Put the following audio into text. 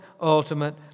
ultimate